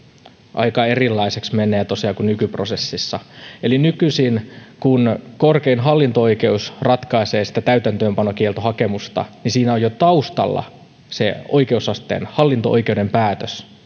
aika erilaiseksi menee tosiaan kuin nykyprosessissa eli nykyisin kun korkein hallinto oikeus ratkaisee sitä täytäntöönpanokieltohakemusta niin siinä on jo taustalla se hallinto oikeuden päätös se